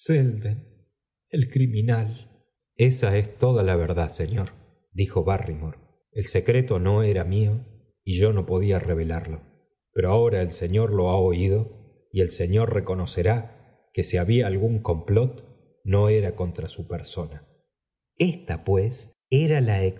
el criminal esa eb toda la verdad señor dijo barrymore el secreto no era mío y yo no podía revelar vero ahora el señor lo ha oído y el señor reconocerá que si había algún complot no era contra su persona esta pues era la